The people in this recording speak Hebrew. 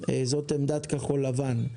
זאת עמדת כחול-לבן.